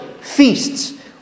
feasts